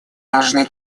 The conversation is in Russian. должны